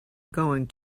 going